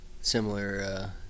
similar